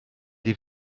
des